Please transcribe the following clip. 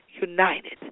united